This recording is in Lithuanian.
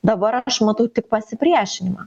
dabar aš matau tik pasipriešinimą